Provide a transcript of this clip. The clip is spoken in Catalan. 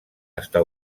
està